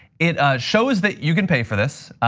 it shows that you can pay for this,